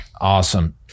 Awesome